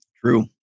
True